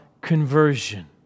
conversion